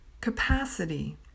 capacity